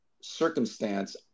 circumstance